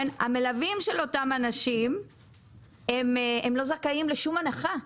המלווים של אותם אנשים לא זכאים לשום הנחה.